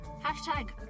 Hashtag